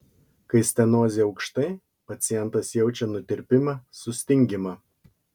kai stenozė aukštai pacientas jaučia nutirpimą sustingimą